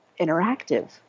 interactive